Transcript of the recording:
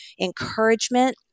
encouragement